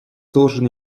должен